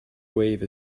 wave